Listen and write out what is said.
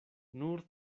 nur